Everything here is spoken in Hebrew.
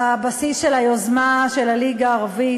הבסיס של היוזמה של הליגה הערבית,